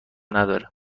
نداره